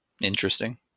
Interesting